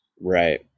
Right